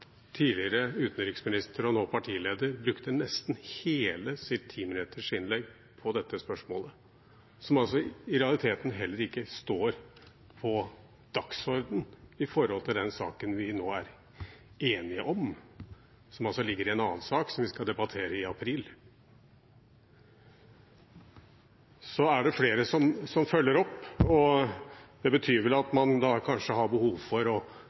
tidligere utenriksministeren og nåværende partilederen brukte nesten hele sitt ti minutter lange innlegg på dette spørsmålet, som i realiteten ikke står på dagsorden for den saken vi nå er enige om, og som altså ligger i en annen sak som vi skal debattere i april. Så er det flere som følger opp, og det betyr vel kanskje at man har behov for å